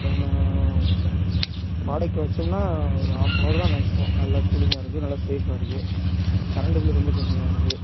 செம ப்ராடக்ட் வச்சோம்னா ஒரு ஹாஃப்னவர் தான் மேக்ஸிமம் நல்லா கூலிங்காக இருக்கு நல்லா சேஃபாக இருக்கு கரெண்டு பில்லு ரொம்ப கம்மியாக வருது